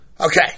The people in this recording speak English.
Okay